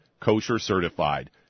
kosher-certified